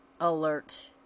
alert